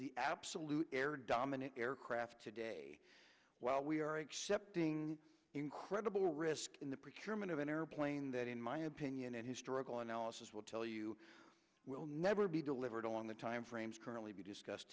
the absolute air dominance aircraft today while we are accepting incredible risk in the predicament of an airplane that in my opinion and historical analysis will tell you will never be delivered on the timeframes currently be discussed